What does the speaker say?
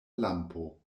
lampo